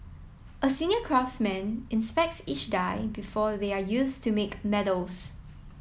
a senior craftsman inspects each die before they are used to make medals